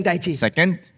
Second